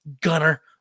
gunner